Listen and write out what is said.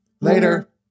Later